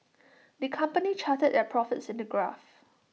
the company charted their profits in A graph